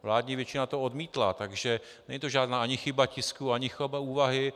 Vládní většina to odmítla, takže není to žádná ani chyba tisku, ani chyba úvahy.